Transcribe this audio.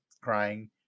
crying